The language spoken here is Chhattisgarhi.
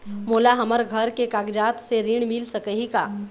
मोला हमर घर के कागजात से ऋण मिल सकही का?